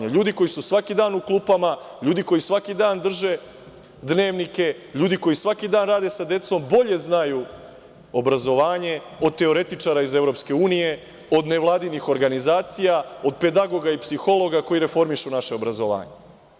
To su ljudi koji su svaki dan u klupama, ljudi koji svaki dan drže dnevnike, ljudi koji svaki dan rade sa decom i oni bolje znaju obrazovanje od teoretičara iz EU, od nevladinih organizacija, od pedagoga i psihologa koji reformišu naše obrazovanje.